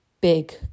big